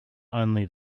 only